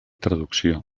traducció